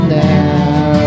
now